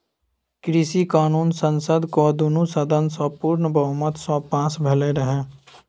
कृषि कानुन संसदक दुनु सदन सँ पुर्ण बहुमत सँ पास भेलै रहय